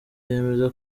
yemeza